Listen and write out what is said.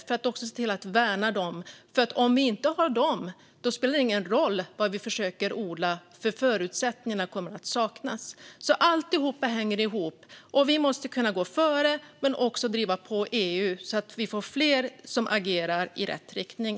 Det gäller att värna dem. Om vi inte har dem spelar det ingen roll vad vi försöker odla, för förutsättningarna kommer att saknas. Allt hänger ihop. Vi måste kunna gå före, men också driva på EU så att vi får fler som agerar i rätt riktning.